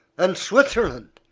and switzerland,